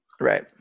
right